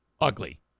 Ugly